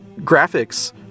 graphics